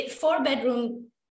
Four-bedroom